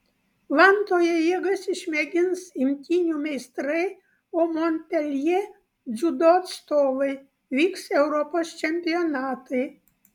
vantoje jėgas išmėgins imtynių meistrai o monpeljė dziudo atstovai vyks europos čempionatai